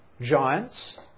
giants